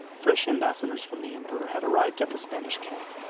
fresh ambassadors from the emperor had arrived at the spanish camp,